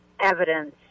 evidence